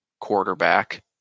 quarterback